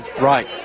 Right